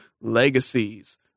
Legacies